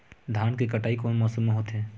धान के कटाई कोन मौसम मा होथे?